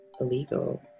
illegal